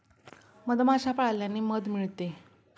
मधमाश्या पाळल्याने मध मिळते